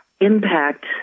impact